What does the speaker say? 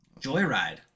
Joyride